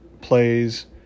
plays